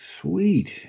Sweet